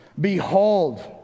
Behold